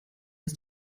ist